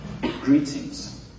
Greetings